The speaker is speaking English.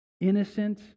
innocent